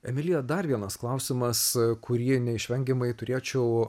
emilija dar vienas klausimas kurį neišvengiamai turėčiau